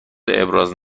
ابراز